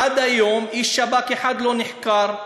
עד היום איש שב"כ אחד לא נחקר,